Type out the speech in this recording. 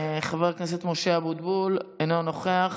חבר הכנסת משה אבוטבול, אינו נוכח.